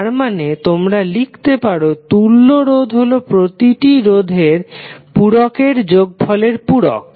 তার মানে তোমরা লিখতে পারো তুল্য রোধ হলো প্রতিটি রোধের পুরকের যোগফলের পুরক